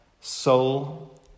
soul